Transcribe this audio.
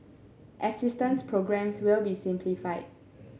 assistance programmes will be simplified